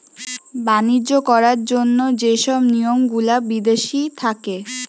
বাণিজ্য করার জন্য যে সব নিয়ম গুলা বিদেশি থাকে